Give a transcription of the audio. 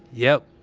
yep.